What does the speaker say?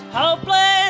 hopeless